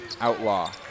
Outlaw